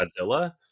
godzilla